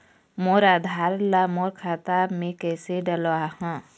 मोर आधार ला मोर खाता मे किसे डलवाहा?